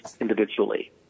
individually